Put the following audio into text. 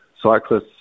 cyclists